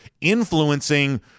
influencing